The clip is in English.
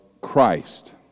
Christ